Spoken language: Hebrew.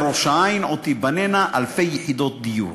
בראש-העין עוד תיבנינה אלפי יחידות דיור.